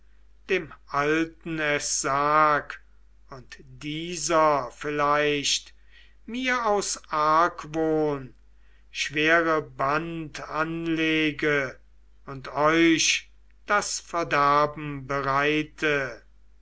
dem alten es sag und dieser vielleicht mir aus argwohn schwere band anlege und euch das verderben bereite